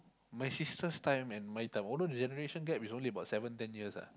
my sister's time and my time although the generation gap is only about seven ten years ah